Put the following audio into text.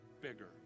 bigger